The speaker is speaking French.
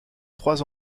trois